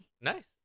Nice